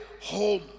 home